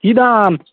কী দাম